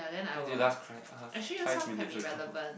when do you last cried uh five minutes ago